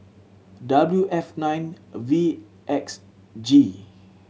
W F nine V X G